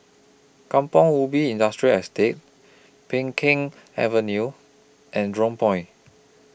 Kampong Ubi Industrial Estate Peng Kang Avenue and Jurong Point